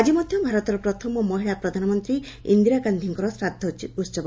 ଆଜି ମଧ୍ଧ ଭାରତର ପ୍ରଥମ ମହିଳା ପ୍ରଧାନମନ୍ତୀ ଇନ୍ଦିରା ଗାଧ୍ବୀଙ୍କର ଶ୍ରାଦ୍ବୋସବ